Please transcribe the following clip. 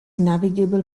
navigable